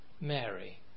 Mary